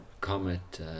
comet